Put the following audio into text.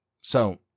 So